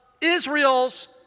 Israel's